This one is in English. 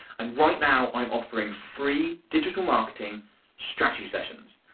and right now i'm offering free digital marketing strategy sessions.